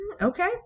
Okay